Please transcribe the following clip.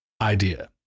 idea